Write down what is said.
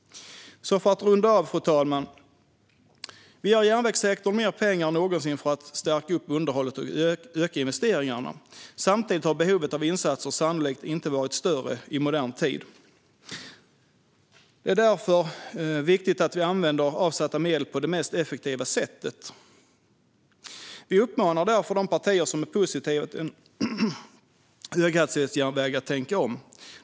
Fru talman! Vi ger järnvägssektorn mer pengar än någonsin för att stärka upp underhållet och öka investeringarna. Samtidigt har behovet av insatser sannolikt inte varit större i modern tid. Det är därför viktigt att avsatta medel används på det mest effektiva sättet. Vi uppmanar därför de partier som är positiva till en höghastighetsjärnväg att tänka om.